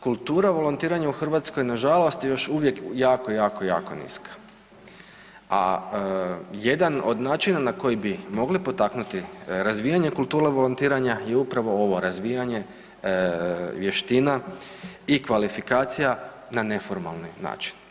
Kultura volontiranja u Hrvatskoj nažalost je još uvijek jako, jako, jako niska, a jedan od načina na koji bi mogli potaknuti razvijanje kulture volontiranja je upravo ovo, razvijanje vještina i kvalifikaciji na neformalni način.